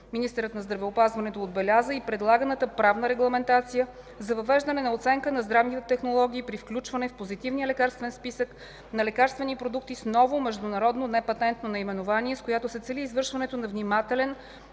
Министърът на здравеопазването отбеляза и предлаганата правна регламентация за въвеждане на оценка на здравните технологии при включване в Позитивния лекарствен списък на лекарствени продукти с ново международно непатентно наименование, с която се цели извършването на внимателен,